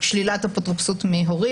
שלילת אפוטרופוסות מהורים.